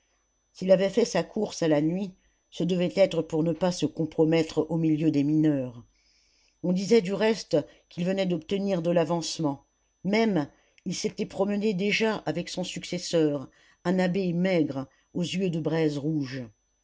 s'il avait fait sa course à la nuit ce devait être pour ne pas se compromettre au milieu des mineurs on disait du reste qu'il venait d'obtenir de l'avancement même il s'était promené déjà avec son successeur un abbé maigre aux yeux de braise rouge